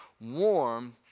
warm